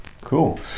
Cool